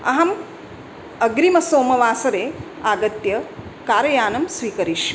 अहम् अग्रिमसोमवासरे आगत्य कारयानं स्वीकरिष्ये